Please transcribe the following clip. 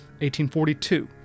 1842